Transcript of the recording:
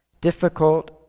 difficult